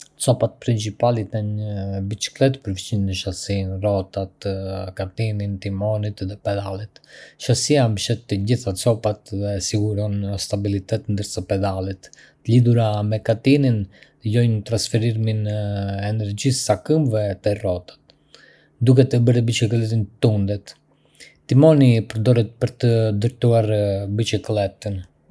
Copat principali të një biçiklete përfshijnë shasinë, rrotat, katinin, timonin dhe pedalet. Shasia mbështet të gjitha copat dhe siguron stabilitet, ndërsa pedalet, të lidhura me katinin, lejojnë transferimin e energjisë së këmbëve te rrotat, duke e bërë biçikletën të tundet. Timoni përdoret për të drejtuar biçikletën.